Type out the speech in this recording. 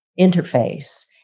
interface